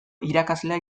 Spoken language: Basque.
irakaslea